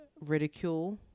ridicule